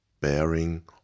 bearing